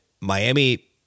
Miami